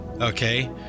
okay